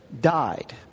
died